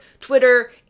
Twitter